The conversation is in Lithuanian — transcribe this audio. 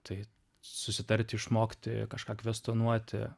tai susitarti išmokti kažką kvestionuoti